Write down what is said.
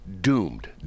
doomed